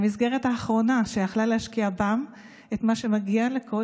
במיוחד בתקופת משבר קורונה וגם לקראת החורף שאנחנו נכנסים